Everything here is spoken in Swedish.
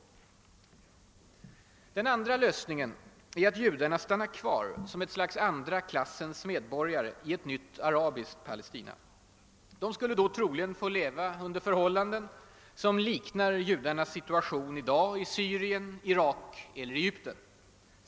Den andra lösningen är att judarna stannar kvar som ett slags andra klassens medborgare i ett nytt »arabiskt«» Palestina. De skulle då troligen få leva under förhållanden som liknar judarnas situation i dag i Syrien, Irak eller Egypten.